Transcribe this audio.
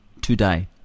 today